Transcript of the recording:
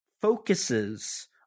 focuses